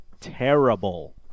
terrible